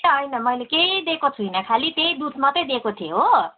होइन होइन मैले केही दिएको छुइनँ खालि त्यही दुध मात्रै दिएको थिएँ हो